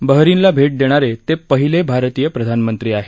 बहारीनला भेट देणारे ते पहिले भारतीय प्रधानमंत्री आहेत